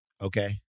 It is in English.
Okay